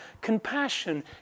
compassion